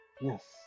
Yes